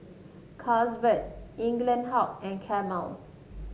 Carlsberg Eaglehawk and Camel